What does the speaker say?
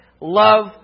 love